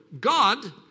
God